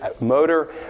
motor